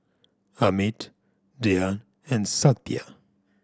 Amit Dhyan and Satya